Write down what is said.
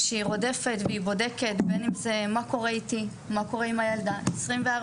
שהיא רודפת והיא בודקת בין אם זה מה קורה איתי ומה קורה עם הילדה 24/7,